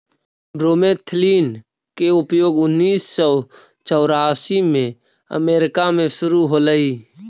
bromethalin के उपयोग उन्नीस सौ चौरासी में अमेरिका में शुरु होलई